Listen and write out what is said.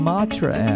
Matra